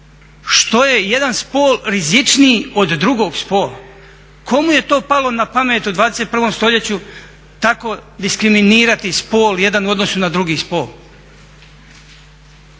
Što je jedan spol rizičniji od drugog spola? Komu je to palo na pamet u 21. stoljeću tako diskriminirati spol jedan u odnosu na drugi spol?